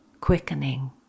quickening